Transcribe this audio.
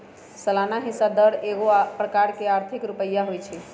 सलाना हिस्सा दर एगो प्रकार के आर्थिक रुपइया होइ छइ